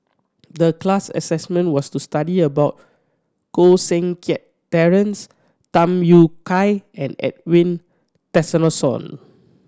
the class assessment was to study about Koh Seng Kiat Terence Tham Yui Kai and Edwin Tessensohn